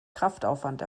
kraftaufwand